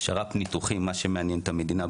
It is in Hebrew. מה שמעניין את המדינה,